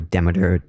Demeter